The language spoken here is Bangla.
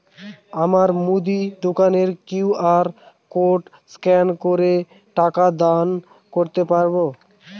আমার মুদি দোকানের কিউ.আর কোড স্ক্যান করে টাকা দাম দিতে পারব?